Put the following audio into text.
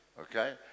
Okay